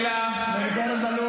אמרת שאתה נגד הסתה.